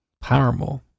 Paramore